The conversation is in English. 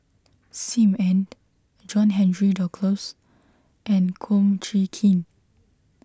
Sim Ann John Henry Duclos and Kum Chee Kin